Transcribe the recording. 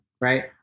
right